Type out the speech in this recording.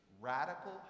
radical